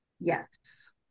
Yes